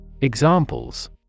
Examples